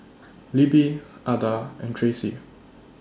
Libby Adda and Tracey